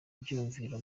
byiyumviro